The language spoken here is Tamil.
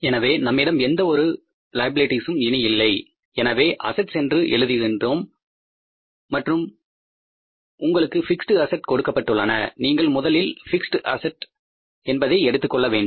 எனவே நம்மிடம் எந்த ஒரு லயபிலிட்டிஸும் இனி இல்லை எனவே அசெட்ஸ் என்று எழுதுகின்றோம் உங்களுக்கு பிக்ஸட் அசட் கொடுக்கப்பட்டுள்ளன நீங்கள் முதலில் பிக்ஸ்ட் அஸெட்ஸ் ஐ எடுத்துக்கொள்ள வேண்டும்